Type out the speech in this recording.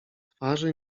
twarzy